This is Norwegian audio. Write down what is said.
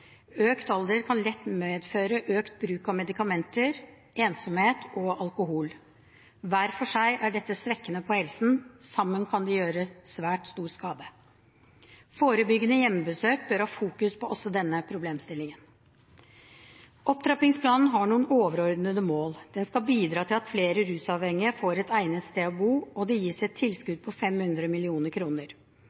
Økt alder kan lett medføre økt bruk av medikamenter, ensomhet og alkohol. Hver for seg er dette svekkende på helsen, sammen kan de gjøre svært stor skade. Forebyggende hjemmebesøk bør ha fokus på også denne problemstillingen. Opptrappingsplanen har noen overordnede mål. Den skal bidra til at flere rusavhengige får et egnet sted å bo, og det gis et tilskudd på 500